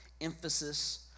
emphasis